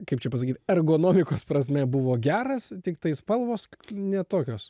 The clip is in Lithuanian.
kaip čia pasakyt ergonomikos prasme buvo geras tiktai spalvos ne tokios